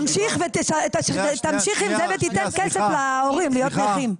תמשיך עם זה ותיתן כסף להורים להיות נכים.